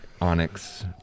Onyx